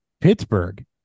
Pittsburgh